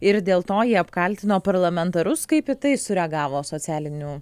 ir dėl to ji apkaltino parlamentarus kaip į tai sureagavo socialinių